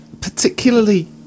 particularly